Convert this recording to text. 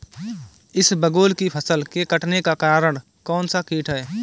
इसबगोल की फसल के कटने का कारण कौनसा कीट है?